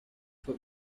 for